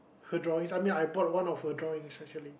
her drawings I mean I bought one of her drawings actually